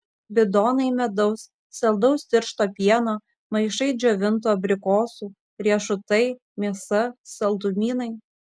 bidonai medaus saldaus tiršto pieno maišai džiovintų abrikosų riešutai mėsa saldumynai